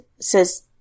says